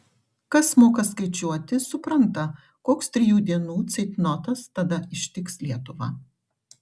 kas moka skaičiuoti supranta koks trijų dienų ceitnotas tada ištiks lietuvą